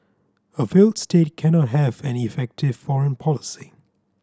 a failed state cannot have an effective foreign policy